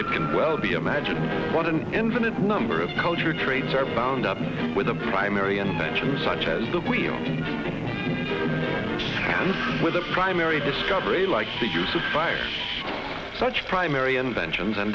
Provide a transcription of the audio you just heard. it can well be imagined what an infinite number of cultural traits are bound up with a primary invention such as the wheel with the primary discovery like the use of fire such primary inventions